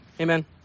amen